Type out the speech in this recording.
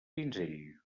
pinzell